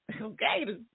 okay